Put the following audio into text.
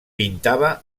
pintava